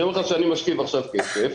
אני אומר לך שאני משכיב עכשיו כסף,